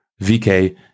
VK